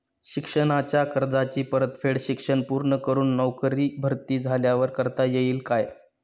शिक्षणाच्या कर्जाची परतफेड शिक्षण पूर्ण करून नोकरीत भरती झाल्यावर करता येईल काय?